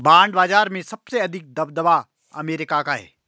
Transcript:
bond बाजार में सबसे अधिक दबदबा अमेरिका का है